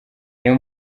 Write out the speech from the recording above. niyo